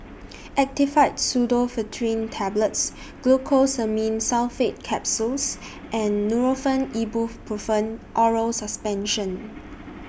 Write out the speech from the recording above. Actifed Pseudoephedrine Tablets Glucosamine Sulfate Capsules and Nurofen Ibuprofen Oral Suspension